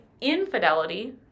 infidelity